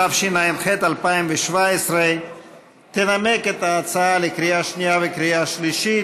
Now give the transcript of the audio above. התשע"ח 2017. תציג את ההצעה לקריאה שנייה ולקריאה שלישית